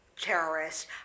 terrorists